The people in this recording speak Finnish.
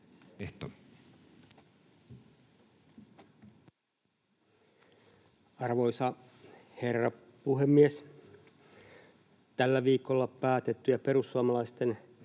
Arvoisa herra puhemies! Tällä viikolla päätetty ja perussuomalaisten